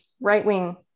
right-wing